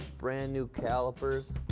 brand-new calipers.